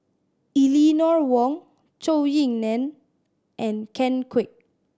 Eleanor Wong Zhou Ying Nan and Ken Kwek